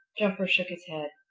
jumper shook his head.